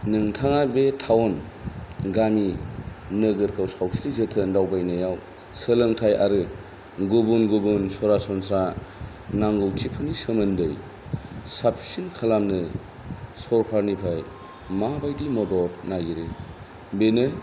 नोंथाङा बे टाउन गामि नोगोरफ्राव सावस्रि जोथोन दावबायनायाव सोलोंथाय आरो गुबुन गुबुन सरासनस्रा नांगौथिफोरनि सोमोन्दै साबसिन खालामनो सरखारनिफ्राय माबायदि मदद नागिरो बेनो